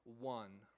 one